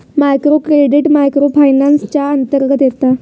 micro credit micro finance च्या अंतर्गत येता